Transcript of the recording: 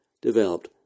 developed